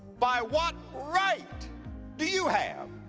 by what right do you have?